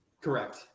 Correct